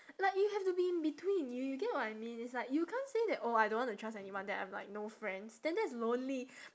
like you have to be in between you you get what I mean it's like you can't say that oh I don't want to trust anyone then I've like no friends then that's lonely